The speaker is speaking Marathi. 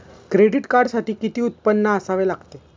क्रेडिट कार्डसाठी किती उत्पन्न असावे लागते?